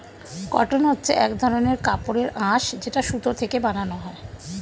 cotton হচ্ছে এক ধরনের কাপড়ের আঁশ যেটা সুতো থেকে বানানো হয়